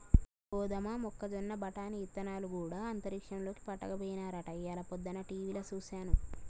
గోదమ మొక్కజొన్న బఠానీ ఇత్తనాలు గూడా అంతరిక్షంలోకి పట్టుకపోయినారట ఇయ్యాల పొద్దన టీవిలో సూసాను